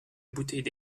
bouteille